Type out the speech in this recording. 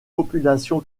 population